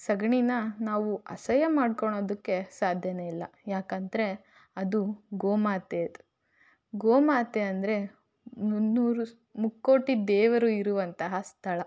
ಸಗಣಿನ ನಾವು ಅಸಹ್ಯ ಮಾಡ್ಕೊಳೋದಕ್ಕೆ ಸಾಧ್ಯಾನೇ ಇಲ್ಲ ಯಾಕಂದರೆ ಅದು ಗೋಮಾತೆದು ಗೋಮಾತೆ ಅಂದರೆ ಮುನ್ನೂರು ಮುಕ್ಕೋಟಿ ದೇವರು ಇರುವಂತಹ ಸ್ಥಳ